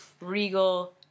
regal